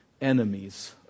enemies